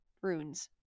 runes